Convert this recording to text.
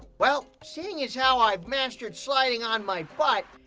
well, seeing as how i've mastered sliding on my butt,